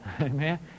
Amen